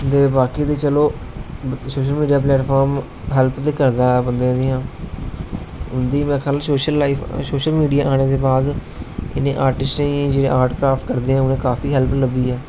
बाकी ते चलो सोशल मिडिया प्लेटफार्म हैल्प ते करदा बंदे दी उंदी में आखेआ सोशल लाइफ सोशल मिडिया आने दी बाद इन्ने आर्टिस्टें गी जेहडे़ आर्ट कराफ्ट करदे उंहेगी काफी हैल्प लब्भी ऐ